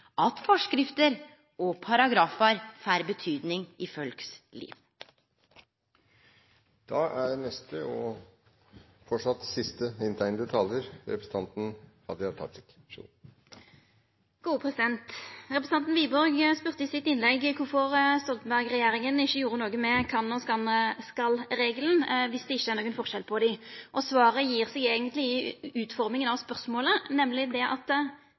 at forskrifter og paragrafar får betyding i folk sitt liv. Representanten Wiborg spurde i sitt innlegg om kvifor Stoltenberg-regjeringa ikkje gjorde noko med kan- og skal-regelen, viss det ikkje er nokon forskjell på dei. Svaret gjev seg eigentleg i utforminga av spørsmålet, nemlig at denne endringa ikkje utgjer nokon praktisk forskjell. Representanten Wiborg sa òg i sitt innlegg at